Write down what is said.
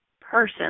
person